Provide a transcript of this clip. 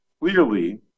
clearly